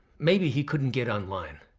maybe he couldn't get online.